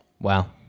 wow